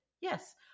yes